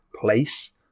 place